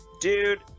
Dude